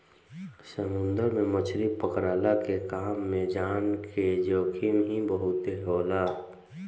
समुंदर में मछरी पकड़ला के काम में जान के जोखिम ही बहुते होला